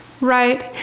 right